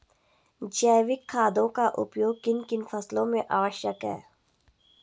जैविक खादों का उपयोग किन किन फसलों में आवश्यक है?